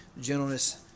gentleness